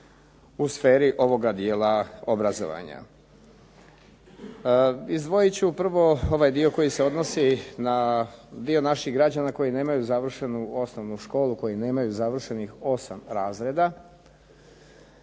u sferi ovoga dijela obrazovanja. Izdvojit ću prvo ovaj dio koji se odnosi na dio naših građana koji nemaju završenu osnovnu školu koji nemaju završenih 8 razreda.